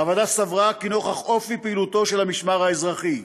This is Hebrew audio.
הוועדה סברה כי נוכח אופי פעילותו של המשמר האזרחי,